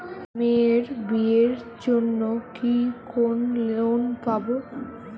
মেয়ের বিয়ের জন্য কি কোন লোন পাব?